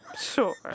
Sure